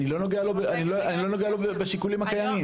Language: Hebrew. אני לא נוגע לו בשיקולים הקיימים.